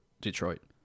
Detroit